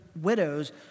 widows